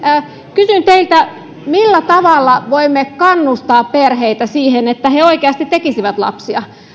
kysyn teiltä millä tavalla voimme kannustaa perheitä siihen että he oikeasti tekisivät lapsia